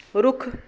ਰੁੱਖ